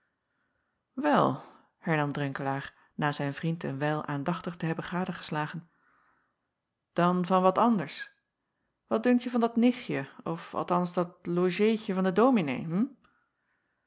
wel hernam drenkelaer na zijn vriend een wijl aandachtig te hebben gade geslagen dan van wat anders wat dunkt je van dat nichtje of althans dat logeetje van den dominee